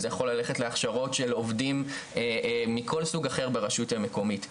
זה יכול ללכת להכשרות של עובדים מכל סוג אחר ברשות המקומית.